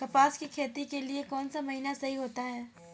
कपास की खेती के लिए कौन सा महीना सही होता है?